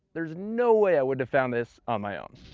there's no way i would've found this on my own.